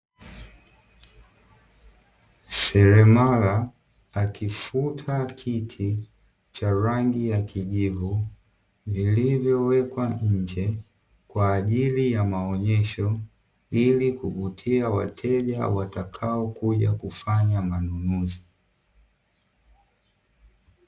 Seremala akifuta kiti cha rangi ya kijivu vilivyowekwa nje kwaajili ya maonyesho, ili kuvutia wateja watakao kuja kufanya manunuzi.